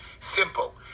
simple